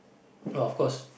of course